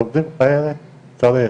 אז עובדים כאלה זה מה שצריך.